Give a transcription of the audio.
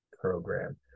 program